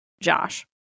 Josh